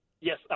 Yes